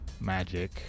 magic